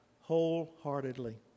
wholeheartedly